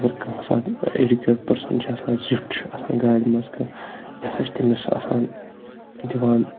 اگر کانٛہہ آسان اٮ۪جُکیٹ پٔرسَن چھِ آسان زیُٹھ چھِ آسان گاڑِ منٛز کانٛہہ یہِ ہسا چھِ تٔمِس آسان دِوان